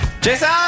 Jason